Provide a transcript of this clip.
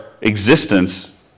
existence